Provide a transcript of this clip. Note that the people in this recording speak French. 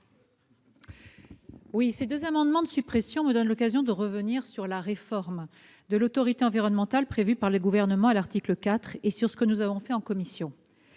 ? Ces deux amendements de suppression me donnent l'occasion de revenir sur la réforme de l'autorité environnementale prévue par le Gouvernement à l'article 4 et sur ce que nous avons fait en commission.